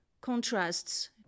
contrasts